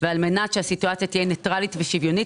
ועל מנת שהסיטואציה תהיה ניטרלית ושוויונית,